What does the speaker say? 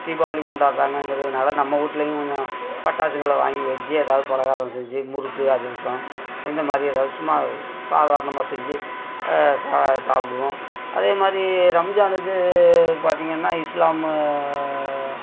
தீபாவளி கொண்டாட்கிறாங்கங்கிறதுனால நம்ம விட்லயும் கொஞ்சம் பட்டாசுங்களை வாங்கி வெடிச்சு ஏதாவது பலகாரம் செஞ்சு முறுக்கு அதிரசம் இந்த மாதிரி ஏதாவது சும்மா சாதாரணமாக செஞ்சு சா சாப்பிடுவோம் அதே மாதிரி ரம்ஜானுக்கு பார்த்தீங்கன்னா இஸ்லாமு